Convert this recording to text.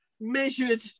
measured